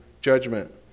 judgment